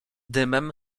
dymem